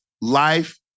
life